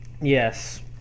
yes